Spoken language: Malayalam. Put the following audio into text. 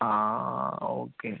ആ ആ ഓക്കെ